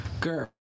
girl